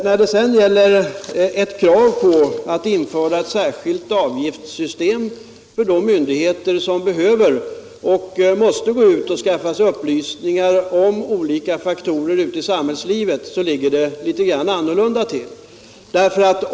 När det sedan gäller kravet på att införa ett särskilt avgiftssystem för de myndigheter som behöver skaffa sig upplysningar om olika faktorer ute i samhällslivet, så ligger det något annorlunda till.